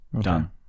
done